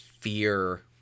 fear